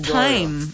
time